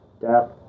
death